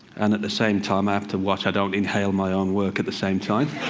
and at the same time i have to watch i don't inhale my own work, at the same time.